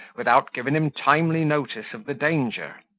without giving him timely notice of the danger.